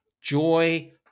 joy